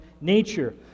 nature